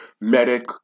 medic